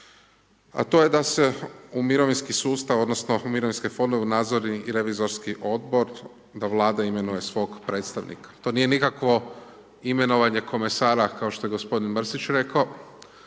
a to je da se u mirovinski sustav odnosno u mirovinske fondove u nadzorni i revizorski odbor, da Vlada imenuje svog predstavnika to nije nikakvo imenovanje komesara kao što je gospodin Mrsić rekao,